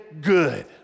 good